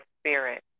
spirit